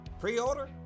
Pre-order